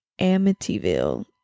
Amityville